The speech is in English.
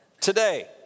Today